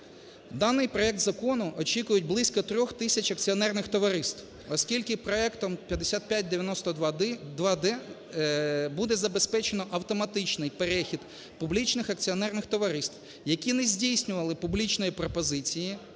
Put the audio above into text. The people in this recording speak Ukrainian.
Даний проект закону очікують близько 3 тисяч акціонерних товариств, оскільки проектом 5592-д буде забезпечено автоматичний перехід публічних акціонерних товариств, які не здійснювали публічної пропозиції